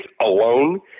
alone